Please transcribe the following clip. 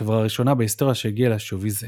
החברה הראשונה בהיסטוריה שהגיעה לשווי זה.